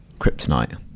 kryptonite